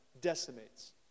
decimates